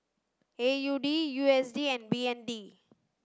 A U D U S D and B N D